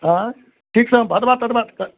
अँइ ठीकसँ भदवा तदवा